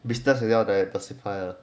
business like that 也要 diversify